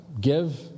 Give